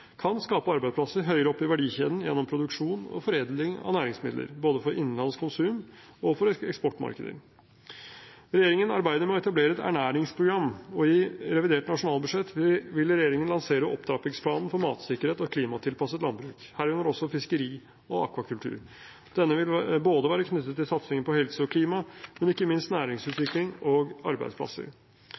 kan skape arbeidsplasser høyere opp i verdikjeden gjennom produksjon og foredling av næringsmidler, både for innenlands konsum og for eksportmarkeder. Regjeringen arbeider med å etablere et ernæringsprogram, og i revidert nasjonalbudsjett vil regjeringen lansere opptrappingsplanen for matsikkerhet og klimatilpasset landbruk – herunder også fiskeri og akvakultur. Denne vil være knyttet til satsingen på helse og klima, men ikke minst på næringsutvikling og arbeidsplasser.